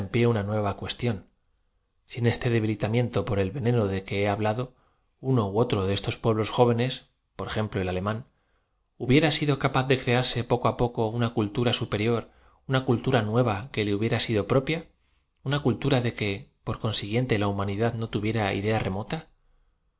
ie una nueva cuestión sin este debilitamiento por el veneno de que he habla do uno ú otro de esos pueblos jóvenes por ejemplo el alemán hubiera sido capaz de crearse poco á poco una cultura superior una cultura nueva que le hu blera sido propia una cultura de que por consiguien te la humanidad no tu viera idea remota